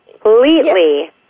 completely